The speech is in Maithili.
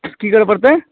की करऽ पड़तै